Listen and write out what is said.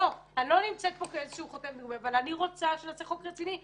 אני לא נמצאת פה כאיזושהי חותמת גומי אבל אני רוצה שנעשה חוק רציני.